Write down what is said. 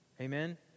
Amen